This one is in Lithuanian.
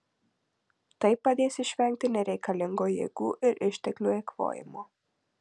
tai padės išvengti nereikalingo jėgų ir išteklių eikvojimo